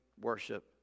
worship